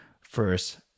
first